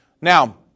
Now